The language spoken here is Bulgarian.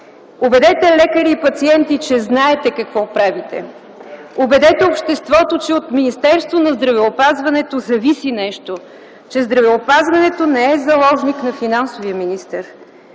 Убедете лекари и пациенти, че знаете какво правите. Убедете обществото, че от Министерството на здравеопазването зависи нещо, че здравеопазването не е заложник на финансовия министър.